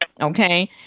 Okay